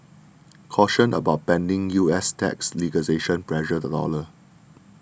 caution about pending U S tax legislation pressured the dollar